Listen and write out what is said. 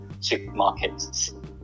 supermarkets